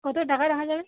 কত টাকা রাখা যাবে